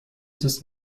des